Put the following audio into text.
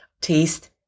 taste